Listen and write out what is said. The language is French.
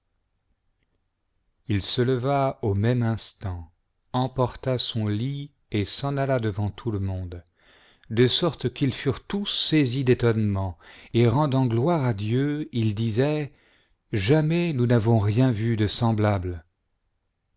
il se leva au même instant emporta son kt et s'en alla devant tout le monde de sorte qu'ils fureiît tous saisis d'étonnement et rendant gloire à dieu ils disaient jamais nous n'avons rien vu de semblable